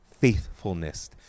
faithfulness